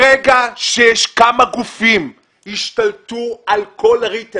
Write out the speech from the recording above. ברגע שכמה גופים השתלטו על כל הריטייל,